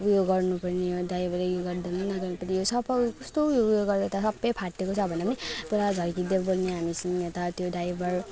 उयो गर्नु पर्ने ड्राइभरले यो गर्दैन सफा कस्तो उयो गरेर त सबै फाटेको छ भन्दा पनि पुरा झर्किँदै बोल्ने हामीसँग त त्यो ड्राइभर